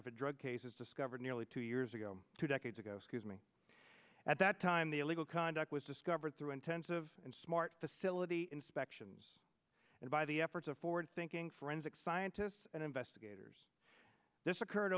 t drug cases discovered nearly two years ago two decades ago scuse me at that time the illegal conduct was discovered through intensive and smart facility inspections and by the efforts of forward thinking forensic scientists and investigators this occurred